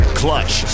clutch